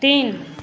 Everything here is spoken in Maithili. तीन